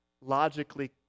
logically